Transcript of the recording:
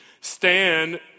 Stand